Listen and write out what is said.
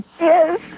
yes